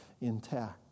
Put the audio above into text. intact